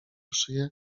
szyję